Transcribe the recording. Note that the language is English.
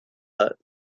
hut